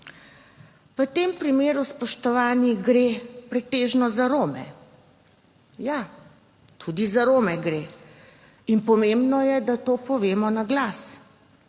V tem primeru, spoštovani, gre pretežno za Rome. Ja, tudi za Rome gre. Pomembno je, da to povemo na glas.